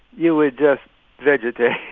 you would just vegetate.